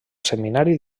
seminari